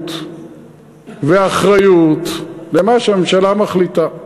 מחויבות ואחריות למה שהממשלה מחליטה.